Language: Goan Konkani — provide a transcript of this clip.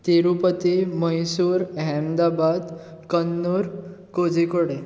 तिरूपती मैसूर अहमदाबाद कन्नूर कोझीकोडे